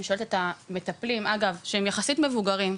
אני שואלת את המטפלים, אגב, שהם יחסית מבוגרים,